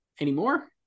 anymore